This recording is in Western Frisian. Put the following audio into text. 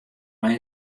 mei